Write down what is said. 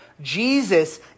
Jesus